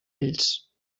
ells